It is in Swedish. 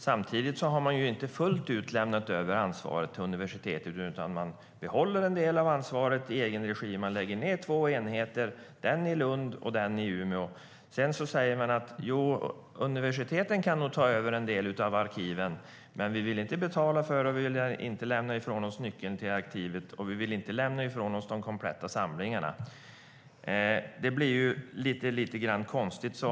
Man har inte fullt ut lämnat ansvaret till universitet utan behåller en del i egen regi och lägger ned två enheter, den i Lund och den i Umeå. Så säger man att universiteten nog kan ta över en del av arkiven, men vi vill inte betala, och vi vill inte lämna från oss nyckeln till arkivet och inte lämna från oss de kompletta samlingarna. Det blir lite konstigt.